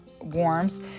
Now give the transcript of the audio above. warms